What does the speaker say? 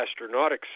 Astronautics